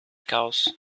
cows